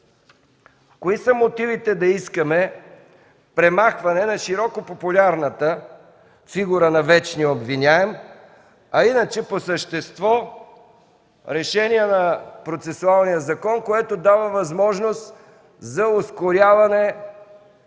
Кои са мотивите да искаме премахване на широко популярната фигура на „вечния обвиняем”, а иначе, по същество, решения на процесуалния закон, което дава възможност за ускоряване